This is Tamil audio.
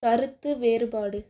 கருத்து வேறுபாடு